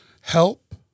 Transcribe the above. help